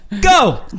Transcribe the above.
Go